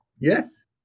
Yes